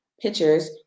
pictures